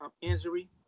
injury